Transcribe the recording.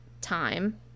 ...time